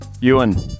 Ewan